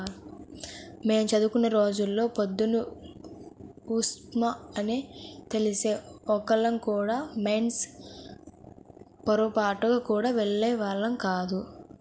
మేం చదువుకునే రోజుల్లో పొద్దున్న ఉప్మా అని తెలిస్తే ఒక్కళ్ళం కూడా మెస్ కి పొరబాటున గూడా వెళ్ళేవాళ్ళం గాదు